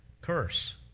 curse